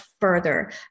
further